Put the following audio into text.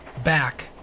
back